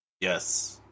Yes